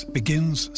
begins